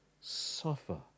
suffer